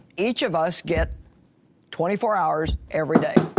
each of us gets twenty four hours every day,